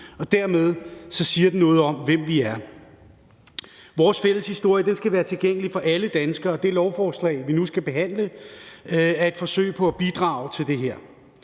og siger dermed noget om, hvem vi er. Vores fælles historie skal være tilgængelig for alle danskere. Det lovforslag, vi nu skal behandle, er et forsøg på at bidrage til det.